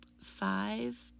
five